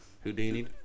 Houdini